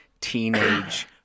teenage